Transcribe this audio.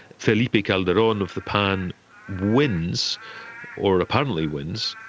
felipe calderon of the pan wins or apparently wins,